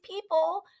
people